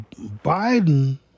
Biden